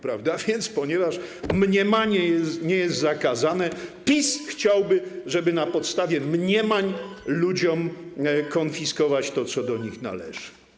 Ponieważ mniemanie nie jest zakazane, PiS chciałby, żeby na podstawie mniemań ludziom konfiskować to, co do nich należy.